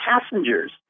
passengers